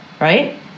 Right